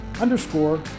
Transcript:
underscore